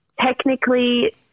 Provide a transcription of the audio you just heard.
technically